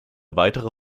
weitere